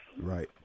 Right